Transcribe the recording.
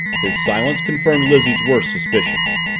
his silence confirmed lizzie's worst suspicions.